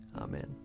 Amen